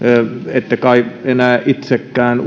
ette kai enää itsekään